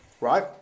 right